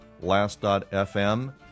last.fm